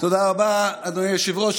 תודה רבה, אדוני היושב-ראש.